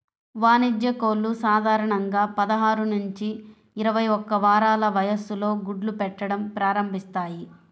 వాణిజ్య కోళ్లు సాధారణంగా పదహారు నుంచి ఇరవై ఒక్క వారాల వయస్సులో గుడ్లు పెట్టడం ప్రారంభిస్తాయి